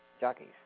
Jockeys